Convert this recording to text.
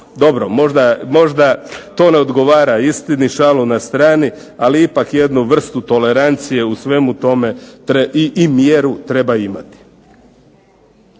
Dobro, možda to ne odgovara istini šalu na stranu. Ali ipak jednu vrstu tolerancije i mjere u tome treba imati.